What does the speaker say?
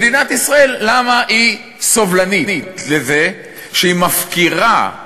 מדינת ישראל, למה היא סובלנית לזה שהיא מפקירה את